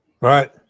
Right